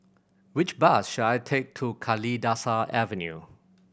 which bus should I take to Kalidasa Avenue